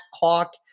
Hawk